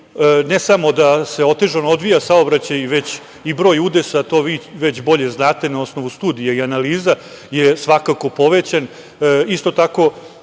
ne samo da se otežano odvija saobraćaj, već i broj udesa, to već bolje znate na osnovu studija i analiza, je svakako povećan.